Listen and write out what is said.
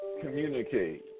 communicate